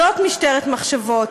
זאת משטרת מחשבות,